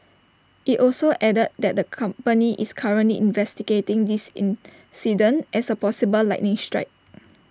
IT also added that the company is currently investigating this incident as A possible lightning strike